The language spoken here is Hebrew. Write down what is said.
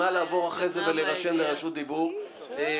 אז נא לבוא אחרי זה ולהירשם לרשות דיבור במליאה.